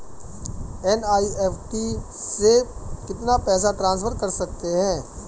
NEFT से कितना पैसा ट्रांसफर कर सकते हैं?